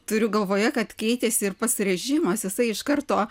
turiu galvoje kad keitėsi ir pats režimas jisai iš karto